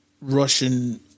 Russian